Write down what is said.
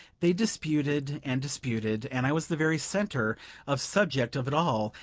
they disputed and disputed, and i was the very center of subject of it all,